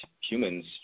humans